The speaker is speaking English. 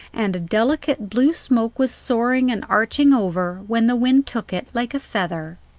and a delicate blue smoke was soaring and arching over, when the wind took it, like a feather.